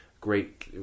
Great